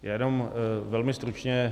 Já jenom velmi stručně.